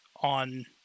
on